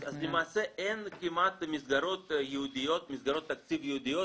אז למעשה אין כמעט מסגרות תקציב ייעודיות